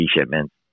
shipments